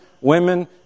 women